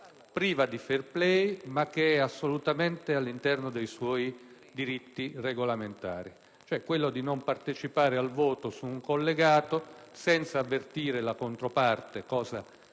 priva di *fair play*. È assolutamente all'interno dei suoi diritti regolamentari non partecipare al voto su un collegato senza avvertire la controparte, come